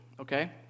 okay